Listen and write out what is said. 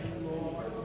Lord